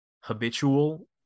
habitual